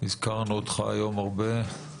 הזכרנו אותך הרבה.